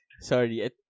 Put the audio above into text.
Sorry